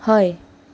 हय